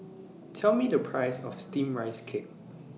Tell Me The priceS of Steamed Rice Cake